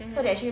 mmhmm